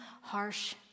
harsh